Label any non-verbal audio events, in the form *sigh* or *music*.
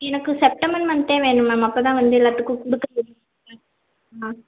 எனக்கு செப்டம்பர் மந்த்தே வேணும் மேம் அப்போதான் வந்து எல்லாத்துக்கும் கொடுக்க முடியும் *unintelligible* மேம்